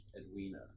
Edwina